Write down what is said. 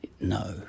no